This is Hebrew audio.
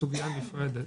סוגיה נפרדת,